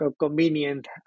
convenient